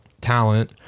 talent